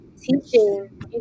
teaching